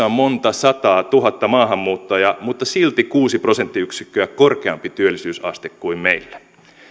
on monta sataa tuhatta maahanmuuttajaa mutta silti kuusi prosenttiyksikköä korkeampi työllisyysaste kuin meillä